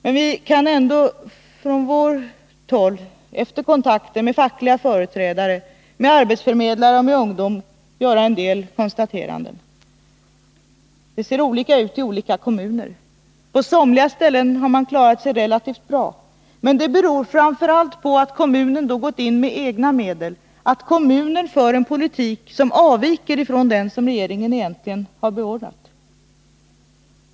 Men vi kan ändå från vårt håll — efter kontakter med fackliga företrädare, med arbetsförmedlare och med ungdom — göra en del konstateranden. Det ser olika ut i olika kommuner. På somliga ställen har man klarat sig relativt bra, men det beror framför allt på att kommunen då gått in med egna medel, att kommunen för en politik som avviker från den som regeringen egentligen har beordrat.